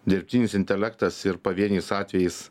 dirbtinis intelektas ir pavieniais atvejais